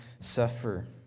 suffer